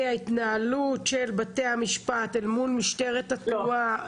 ההתנהלות של בתי המשפט מול משטרת התנועה?